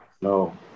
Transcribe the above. No